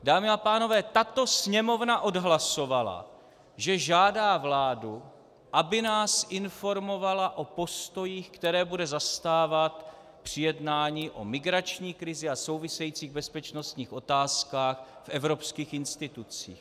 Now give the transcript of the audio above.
Dámy a pánové, tato Sněmovna odhlasovala, že žádá vládu, aby nás informovala o postojích, které bude zastávat při jednání o migrační krizi a souvisejících bezpečnostních otázkách v evropských institucích.